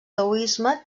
taoisme